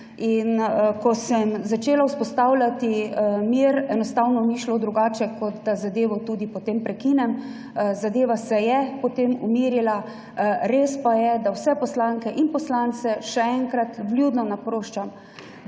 Ko sem začela vzpostavljati mir, enostavno ni šlo drugače, kot da zadevo tudi potem prekinem. Zadeva se je potem umirila. Res pa je, da vse poslanke in poslance še enkrat vljudno naprošam,